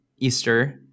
Easter